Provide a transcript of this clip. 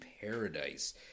Paradise